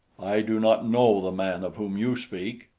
i do not know the man of whom you speak.